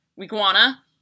iguana